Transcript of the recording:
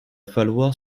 falloir